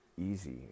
easy